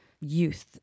youth